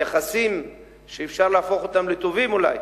יחסים שאפשר להפוך אותם לטובים אולי